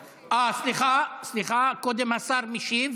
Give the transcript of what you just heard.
סליחה, סליחה, קודם השר משיב.